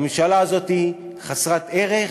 הממשלה הזאת חסרת ערך